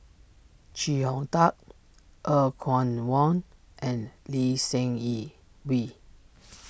Chee Hong Tat Er Kwong Wah and Lee Seng Yee Wee